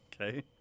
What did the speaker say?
Okay